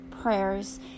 prayers